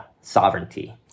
sovereignty